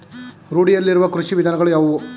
ರೂಢಿಯಲ್ಲಿರುವ ಕೃಷಿ ವಿಧಾನಗಳು ಯಾವುವು?